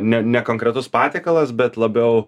ne ne konkretus patiekalas bet labiau